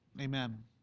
Amen